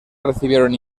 recibieron